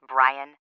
Brian